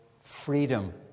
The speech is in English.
freedom